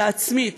אלא עצמית,